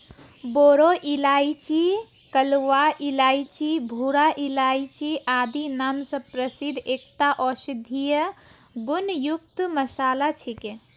बोरो इलायची कलवा इलायची भूरा इलायची आदि नाम स प्रसिद्ध एकता औषधीय गुण युक्त मसाला छिके